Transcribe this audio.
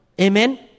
Amen